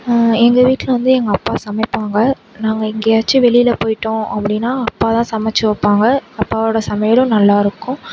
எங்கள் வீட்டில் வந்து எங்கள் அப்பா சமைப்பாங்க நாங்கள் எங்கேயாச்சும் வெளியில் போய்விட்டோம் அப்படினா அப்பா தான் சமைச்சி வைப்பாங்க அப்பாவோட சமையலும் நல்லாயிருக்கும்